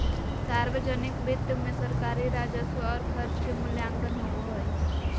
सावर्जनिक वित्त मे सरकारी राजस्व और खर्च के मूल्यांकन होवो हय